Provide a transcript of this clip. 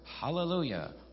hallelujah